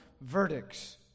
verdicts